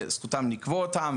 וזכותם לקבוע אותם,